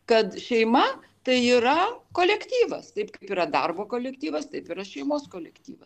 kad šeima tai yra kolektyvas taip kaip yra darbo kolektyvas taip yra šeimos kolektyvas